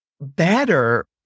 better